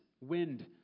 wind